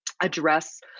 address